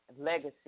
legacy